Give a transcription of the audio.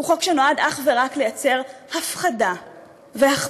הוא חוק שנועד אך ורק לייצר הפחדה והכפשה.